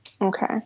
okay